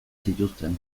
zituzten